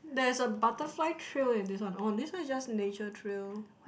there's a butterfly trail in this one oh this one is just nature trail